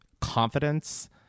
confidence